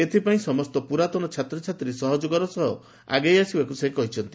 ଏଥପାଇଁ ସମସ୍ତ ପୁରାତନ ଛାତ୍ରଛାତ୍ରୀ ସହଯୋଗ କରିବା ସହ ଆଗେଇ ଆସିବାକୁ ସେ କହିଛନ୍ତି